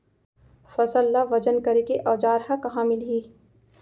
फसल ला वजन करे के औज़ार हा कहाँ मिलही?